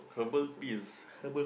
herbal piece